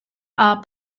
are